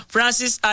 Francis